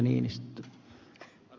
arvoisa puhemies